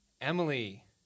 Emily